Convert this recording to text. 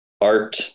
art